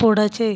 पुढचे